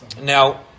Now